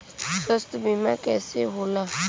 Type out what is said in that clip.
स्वास्थ्य बीमा कईसे होला?